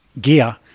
gear